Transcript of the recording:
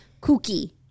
cookie